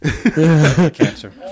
Cancer